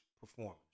performance